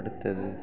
அடுத்தது